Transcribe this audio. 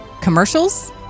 commercials